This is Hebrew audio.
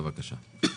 בבקשה.